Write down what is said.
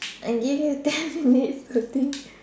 I give you ten minutes to think